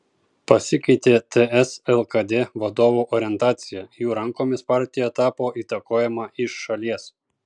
pasikeitė ts lkd vadovų orientacija jų rankomis partija tapo įtakojama iš šalies